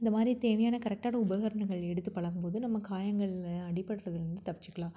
இந்த மாதிரி தேவையான கரெக்டான உபகரணங்கள் எடுத்துப் பழகும் போது நம்ம காயங்களில் அடிப்படுறதுலேருந்து தப்பித்துக்கலாம்